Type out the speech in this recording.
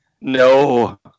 No